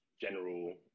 General